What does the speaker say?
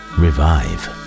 revive